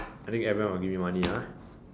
I think everyone will give me money ah